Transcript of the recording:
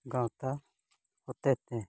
ᱜᱟᱶᱛᱟ ᱦᱚᱛᱮᱛᱮ